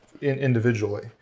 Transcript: individually